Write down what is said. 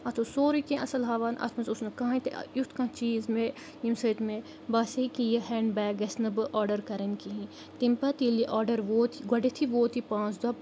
اَتھ اوس سورُے کینٛہہ اَصٕل ہاوان اَتھ منٛز اوس نہٕ کانٛہہ ہَے تہِ یُتھ کانٛہہ چیٖز مے ییٚمہِ سۭتۍ مےٚ باسِہے کہِ یہِ ہینٛڈ بیگ گژھِ نہٕ بہٕ آرڈَر کَرٕنۍ کِہیٖنۍ تمہِ پَتہٕ ییٚلہِ یہِ آرڈَر ووت گۄڈٮ۪تھٕے ووت یہِ پانٛژھ دۄہ